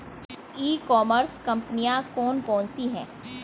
ई commerce कंपनियाँ कौन कौन सी हैं?